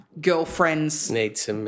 girlfriend's